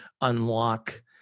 unlock